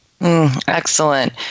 Excellent